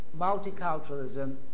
multiculturalism